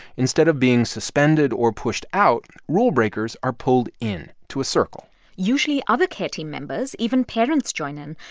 instead of being suspended or pushed out, rule-breakers are pulled in to a circle usually, other care team members, even parents join in,